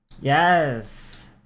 Yes